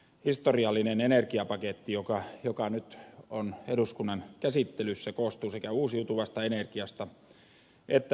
historiallinen energiapaketti joka nyt on eduskunnan käsittelyssä koostuu sekä uusiutuvasta energiasta että ydinvoimasta